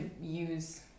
use